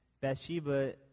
Bathsheba